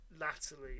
latterly